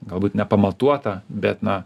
galbūt nepamatuota bet na